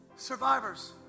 Survivors